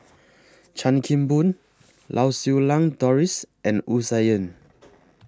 Chan Kim Boon Lau Siew Lang Doris and Wu Tsai Yen